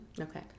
Okay